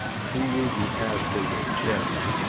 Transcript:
who will you have for your chairman?